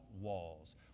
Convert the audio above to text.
walls